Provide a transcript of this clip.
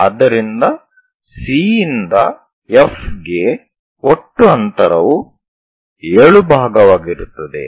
ಆದ್ದರಿಂದ C ಯಿಂದ F ಗೆ ಒಟ್ಟು ಅಂತರವು 7 ಭಾಗವಾಗಿರುತ್ತದೆ